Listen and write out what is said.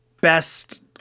best